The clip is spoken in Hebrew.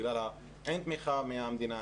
בגלל שאין תמיכה מהמדינה,